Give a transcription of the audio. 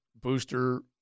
booster –